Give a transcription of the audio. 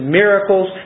miracles